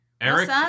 Eric